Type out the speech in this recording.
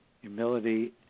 humility